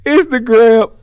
Instagram